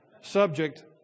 subject